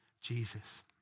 Jesus